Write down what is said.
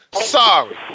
Sorry